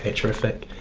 ah terrific.